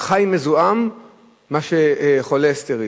חי מזוהם מאשר חולה סטרילי.